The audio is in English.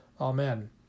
Amen